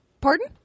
Pardon